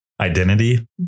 identity